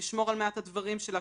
לשמור על מעט הדברים שלה,